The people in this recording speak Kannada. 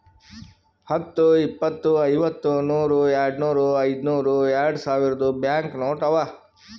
ಹತ್ತು, ಇಪ್ಪತ್, ಐವತ್ತ, ನೂರ್, ಯಾಡ್ನೂರ್, ಐಯ್ದನೂರ್, ಯಾಡ್ಸಾವಿರ್ದು ಬ್ಯಾಂಕ್ ನೋಟ್ ಅವಾ